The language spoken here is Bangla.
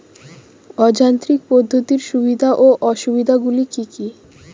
অযান্ত্রিক পদ্ধতির সুবিধা ও অসুবিধা গুলি কি কি?